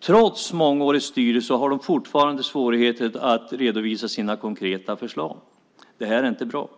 Trots mångårigt styre har de fortfarande svårigheter att redovisa sina konkreta förslag. Det här är inte bra.